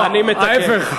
ההפך,